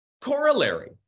corollary